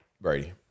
Brady